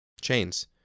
chains